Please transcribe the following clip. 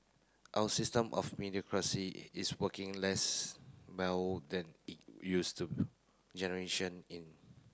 our system of is working less well than it used to generation in